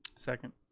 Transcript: second.